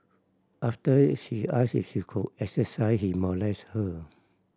after she asked if she could exercise he molested her